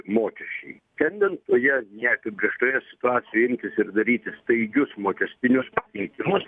mokesčiai šiandien toje neapibrėžtoje situacijoje imtis ir daryti staigius mokestinius pakeitimus